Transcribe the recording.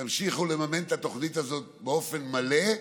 תמשיכו לממן את התוכנית הזאת באופן מלא,